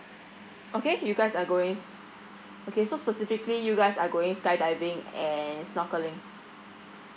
okay you guys are goings okay so specifically you guys are going skydiving and snorkelling